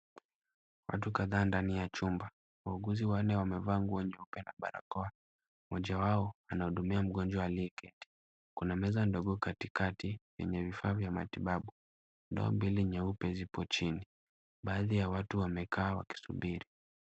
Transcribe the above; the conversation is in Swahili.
Watu kadhaa ndani ya chumba. Wauguzi wanne wamevaa nguo nyeupe na barakoa. Mmoja wao anahudumia mgonjwa aliyeketi. Kuna meza ndogo katikati yenye vifaa vya matibabu, ndoo mbili nyeupe zipo chini. Baadhi ya watu wamekaa wakisubiri.